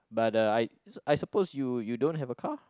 but the I I suppose you you don't have a car